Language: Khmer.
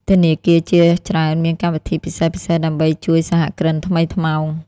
ធនាគារជាច្រើនមានកម្មវិធីពិសេសៗដើម្បីជួយសហគ្រិនថ្មីថ្មោង។